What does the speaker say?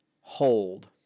hold